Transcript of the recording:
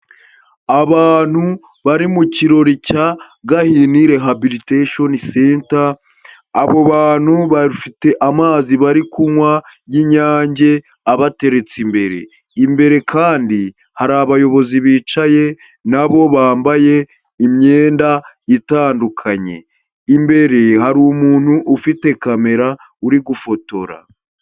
Abantu bari mu kirori cya Gahini rehabilitation center, abo bantu bafite amazi barikunywa y'Inyange abateretse imbere. Imbere kandi hari abayobozi bicaye na bo bambaye imyenda itandukanye. Imbere hari umuntu ufite kamera uri gufotora.